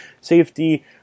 Safety